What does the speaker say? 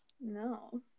No